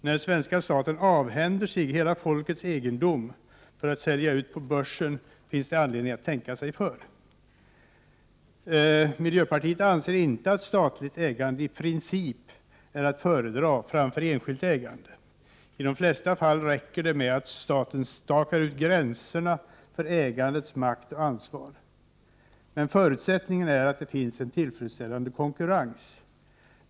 När svenska staten avhänder sig hela folkets egendom för att sälja ut på börsen, finns det anledning att tänka sig för. Miljöpartiet anser inte att statligt ägande i princip är att föredra framför enskilt ägande. I de flesta fall räcker det med att staten stakar ut gränserna för ägandets makt och ansvar. Men förutsättningen är att det finns en tillfredsställande konkurrens.